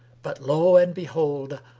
but, lo and behold!